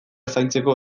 zaintzeko